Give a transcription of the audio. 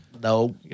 No